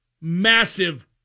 massive